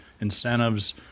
incentives